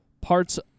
parts